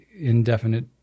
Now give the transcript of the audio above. indefinite